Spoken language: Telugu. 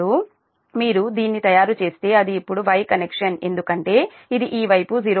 ఇప్పుడు మీరు దీన్ని తయారు చేస్తే అది ఇప్పుడు Y కనెక్షన్ ఎందుకంటే ఇది ఈ వైపు 0